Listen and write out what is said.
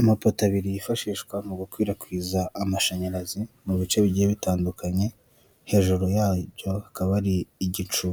Amapoto abiri yifashishwa mu gukwirakwiza amashanyarazi mu bice bigiye bitandukanye, hejuru yacyo hakaba hari igicu